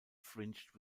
fringed